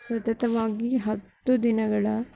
ಸತತವಾಗಿ ಹತ್ತು ದಿನಗಳ